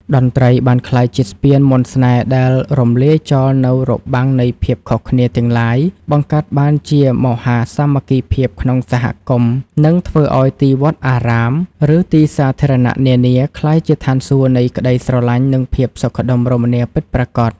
តន្ត្រីបានក្លាយជាស្ពានមន្តស្នេហ៍ដែលរំលាយចោលនូវរបាំងនៃភាពខុសគ្នាទាំងឡាយ បង្កើតបានជាមហាសាមគ្គីភាពក្នុងសហគមន៍ និងធ្វើឱ្យទីវត្តអារាម ឬទីសាធារណៈនានាក្លាយជាឋានសួគ៌នៃក្តីស្រឡាញ់ និងភាពសុខដុមរមនាពិតប្រាកដ។